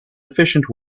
efficient